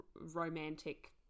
romantic